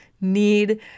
need